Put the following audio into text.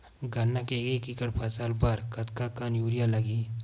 गन्ना के एक एकड़ फसल बर कतका कन यूरिया लगही?